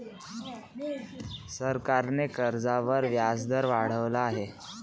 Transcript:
सरकारने कर्जावर व्याजदर वाढवला आहे